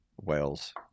Wales